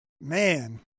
man